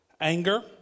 anger